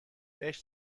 بهش